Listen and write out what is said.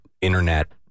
internet